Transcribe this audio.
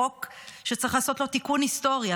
חוק שצריך לעשות לו תיקון היסטורי.